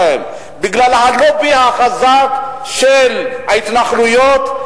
בגלל הלובי החזק של ההתנחלויות,